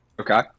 Okay